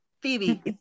Phoebe